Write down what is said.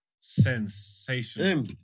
Sensational